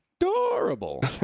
adorable